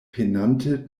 penante